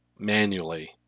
manually